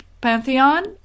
Pantheon